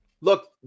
Look